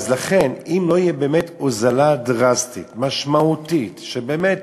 לכן, אם לא תהיה הוזלה דרסטית, משמעתית, שבאמת